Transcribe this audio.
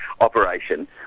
operation